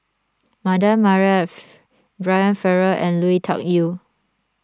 Mardan Brian Farrell and Lui Tuck Yew